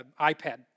iPad